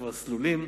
שכבר סלולים,